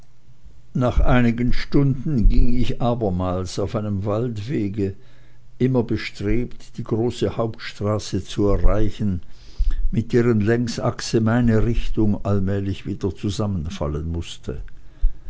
nach einigen stunden ging ich abermals auf einem waldwege immer bestrebt die große hauptstraße zu erreichen mit deren längsachse meine richtung allmählich wieder zusammenfallen mußte